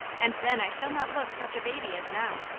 and then i shall not look such a baby as now,